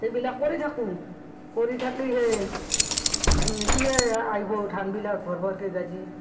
সেইবিলাক কৰি থাকোঁ কৰি থাকিহে তিহে আইভো ধানবিলাক ভৰ ভৰকে গাজি